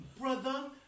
brother